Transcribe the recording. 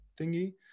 thingy